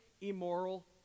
immoral